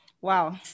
Wow